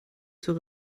zur